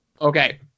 okay